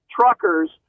truckers